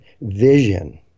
vision